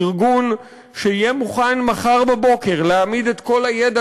ארגון שיהיה מוכן מחר בבוקר להעמיד את כל הידע